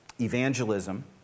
evangelism